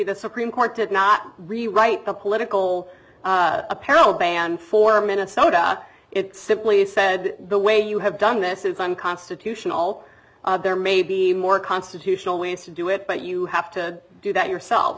the supreme court to not rewrite the political apparel banned for minnesota it simply said the way you have done this is unconstitutional there may be more constitutional ways to do it but you have to do that yoursel